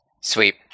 Sweet